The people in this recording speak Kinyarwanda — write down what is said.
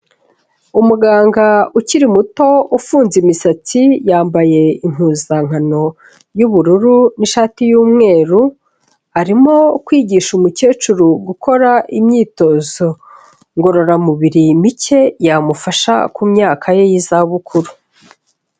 Umuganga ukiri muto ufunze imisatsi, yambaye impuzankano y'ubururu n'ishati y'umweru, arimo kwigisha umukecuru gukora imyitozo ngororamubiri mike, yamufasha ku myaka ye y'izabukuru.